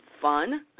fun